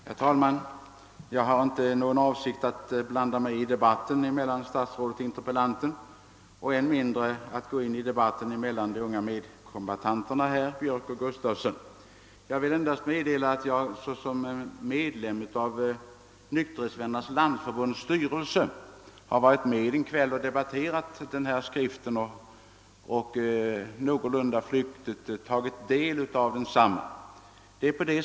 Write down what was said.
Herr talman! Jag har inte någon avsikt att blanda mig i debatten mellan statsrådet och interpellanten och än mindre att gå in i debatten mellan de unga medkombattanterna, herr Björck och herr Gustavsson. Jag vill endast meddela att jag såsom medlem av Nykterhetsvännernas landsförbunds styrelse har varit med en kväll och debatterat denna skrift och någorlunda tagit del av densamma.